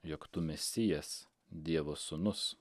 jog tu mesijas dievo sūnus